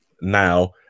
now